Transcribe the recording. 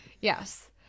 Yes